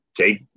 take